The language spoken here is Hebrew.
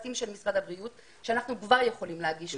המשפטיים של משרד הבריאות ואנחנו כבר יכולים להגיש אותו.